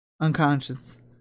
unconscious